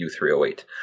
U308